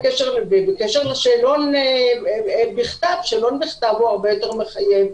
בקשר לשאלון בכתב שאלון בכתב הוא הרבה יותר מחייב,